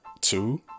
Two